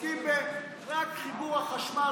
עוסקים רק בחיבור החשמל,